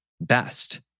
best